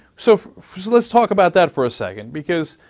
so let's talk about that for a second because,